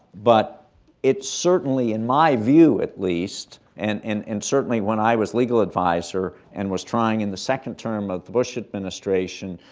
but it certainly, in my view, at least, and and certainly when i was legal adviser and was trying, in the second term of the bush administration,